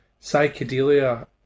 psychedelia